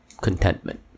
contentment